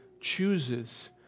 chooses